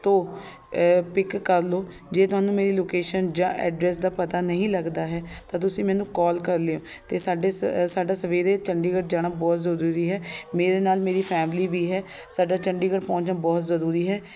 ਤੋ ਪਿਕ ਕਰ ਲਓ ਜੇ ਤੁਹਾਨੂੰ ਮੇਰੀ ਲੋਕੇਸ਼ਨ ਜਾਂ ਐਡਰੈਸ ਦਾ ਪਤਾ ਨਹੀਂ ਲੱਗਦਾ ਹੈ ਤਾਂ ਤੁਸੀਂ ਮੈਨੂੰ ਕੋਲ ਕਰ ਲਿਓ ਅਤੇ ਸਾਡੇ ਸਾਡਾ ਸਵੇਰੇ ਚੰਡੀਗੜ੍ਹ ਜਾਣਾ ਬਹੁਤ ਜ਼ਰੂਰੀ ਹੈ ਮੇਰੇ ਨਾਲ ਮੇਰੀ ਫੈਮਿਲੀ ਵੀ ਹੈ ਸਾਡਾ ਚੰਡੀਗੜ੍ਹ ਪਹੁੰਚਣਾ ਬਹੁਤ ਜ਼ਰੂਰੀ ਹੈ